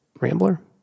Rambler